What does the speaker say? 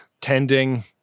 tending